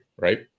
Right